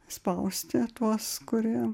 spausti tuos kurie